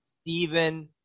Stephen